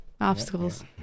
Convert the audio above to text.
Obstacles